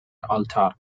altar